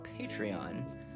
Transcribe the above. patreon